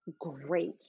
great